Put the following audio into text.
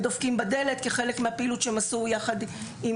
הם דופקים בדלת כחלק מפעילות שהם עשו יחד עם